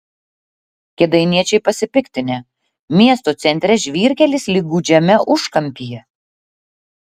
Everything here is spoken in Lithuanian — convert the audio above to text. kėdainiečiai pasipiktinę miesto centre žvyrkelis lyg gūdžiame užkampyje